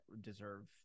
deserve